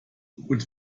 und